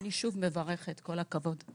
ואני שוב מברכת כל הכבוד.